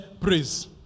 Praise